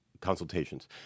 consultations